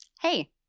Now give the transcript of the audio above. Hey